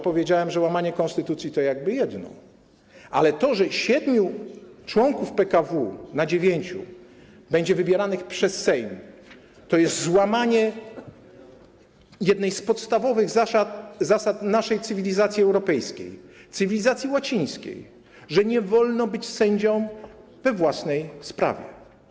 Powiedziałem, że łamanie konstytucji to jedno, ale to, że siedmiu członków PKW na dziewięciu będzie wybieranych przez Sejm, to jest złamanie jednej z podstawowych zasad naszej cywilizacji, europejskiej, cywilizacji łacińskiej, że nie wolno być sędzią we własnej sprawie.